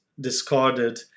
discarded